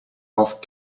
bought